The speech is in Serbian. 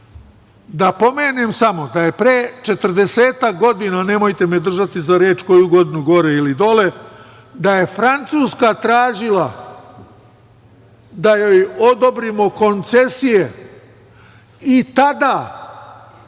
Da pomenem samo da je pre 40-ak godina, nemojte me držati za reč, koju godinu gore ili dole, da je Francuska tražila da joj odobrimo koncesije i tada